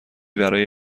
برای